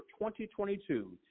2022